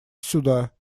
сюда